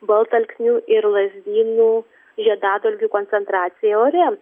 baltalksnių ir lazdynų žiedadulkių koncentracija ore